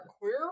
queer